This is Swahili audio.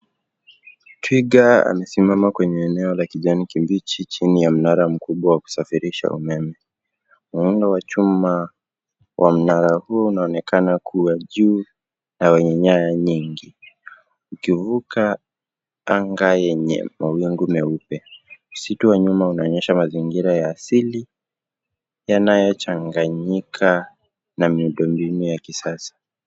Twiga amesimama kwenye eneo la kijani kibichi chini ya mnara mkubwa wa kusafirisha umeme. Muundo wa chuma wa mnara huu unaonekana kuwa juu na wenye nyaya nyingi. Ukivuka anga yenye mawingu meupe. Msitu wa nyuma unaonyesha mazingira ya asili yanayochanganyika na miundombinu ya kisasa.